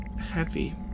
heavy